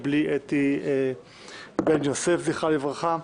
בלי אתי בן יוסף זכרה לברכה.